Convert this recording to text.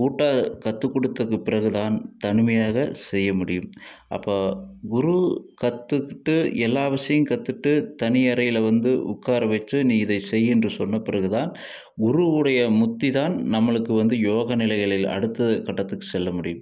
கூட்டாக கத்துக் கொடுத்த பிறகு தான் தனிமையாக செய்ய முடியும் அப்போ குரு கத்துக்கிட்டு எல்லா விஷயம் கற்றுட்டு தனி அறையில் வந்து உட்கார வச்சி நீ இதை செய் என்று சொன்ன பிறகு தான் குருவுடைய முத்தி தான் நம்மளுக்கு வந்து யோகநிலைகளில் அடுத்த கட்டத்துக்கு செல்ல முடியும்